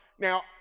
Now